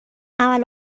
عمل